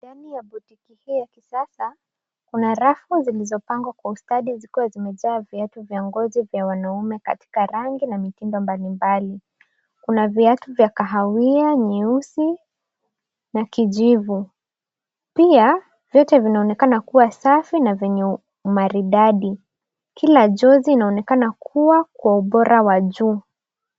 Ndani ya butiki ya kifahari ya kisasa, kuna rafu zilizopangwa kwa ustadi, ambazo zimejaa viatu vya ngozi vya wanaume katika rangi na mitindo mbalimbali. Kuna viatu vya kahawia, nyeusi, na kijivu. Pia, vitu hivyo vinaonekana kuwa safi na vya kuvutia kwa muonekano. Kila jozi inaonekana kuwa ya ubora wa juu.